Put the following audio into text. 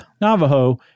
Navajo